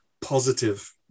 positive